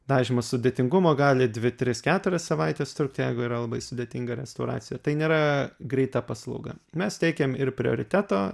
dažymo sudėtingumo gali dvi tris keturias savaites trukt jeigu yra labai sudėtinga restauracija tai nėra greita paslauga mes teikiam ir prioriteto